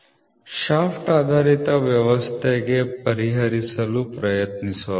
994 mm shaft ಆಧಾರಿತ ವ್ಯವಸ್ಥೆಗೆ ಪರಿಹರಿಸಲು ಪ್ರಯತ್ನಿಸೋಣ